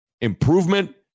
improvement